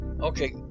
Okay